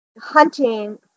hunting